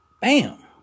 Bam